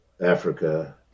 Africa